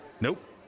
Nope